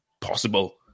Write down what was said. possible